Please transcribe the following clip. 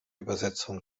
übersetzung